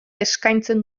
eskaintzen